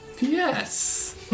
Yes